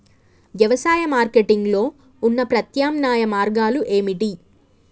వ్యవసాయ మార్కెటింగ్ లో ఉన్న ప్రత్యామ్నాయ మార్గాలు ఏమిటి?